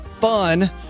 fun